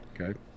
Okay